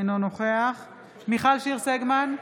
אינו נוכח מיכל שיר סגמן,